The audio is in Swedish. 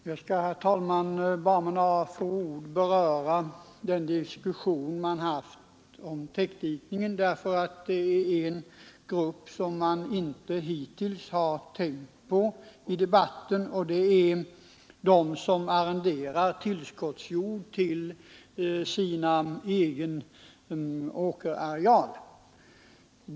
Herr talman! Jag skall bara med några få ord beröra den diskussion som ägt rum beträffande täckdikningen. Det finns en grupp människor som man hittills inte har tänkt på i denna debatt, och det är de som arrenderar tillskottsjord till sin egen åkerareal.